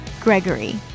Gregory